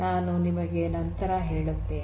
ನಾನು ನಿಮಗೆ ನಂತರ ಹೇಳುತ್ತೇನೆ